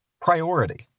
Priority